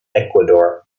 ecuador